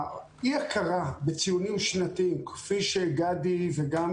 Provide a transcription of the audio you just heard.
אי ההכרה בציונים שנתיים כפי שגדי וגם